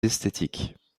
esthétiques